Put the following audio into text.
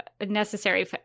necessary